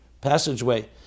passageway